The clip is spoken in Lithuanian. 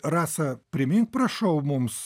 rasa primink prašau mums